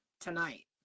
tonight